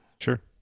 Sure